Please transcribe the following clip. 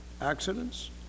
Accidents